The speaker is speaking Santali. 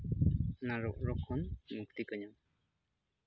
ᱚᱱᱟ ᱨᱚᱜᱽ ᱠᱷᱚᱱ ᱢᱩᱠᱛᱤ ᱠᱚ ᱧᱟᱢᱟ